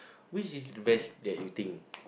which is the best that you think